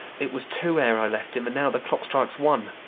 it was two ere i left him, and now the clock strikes one.